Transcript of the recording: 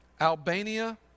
Albania